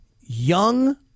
young